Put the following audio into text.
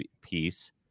piece